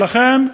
ולכן,